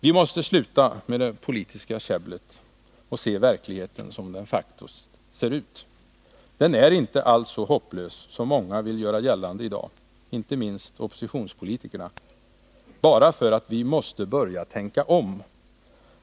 Vi måste sluta med det politiska käbblet och se verkligheten som den faktiskt ser ut. Den är inte alls så hopplös som många i dag vill göra gällande — inte minst oppositionspolitiker. Men vi måste börja tänka om.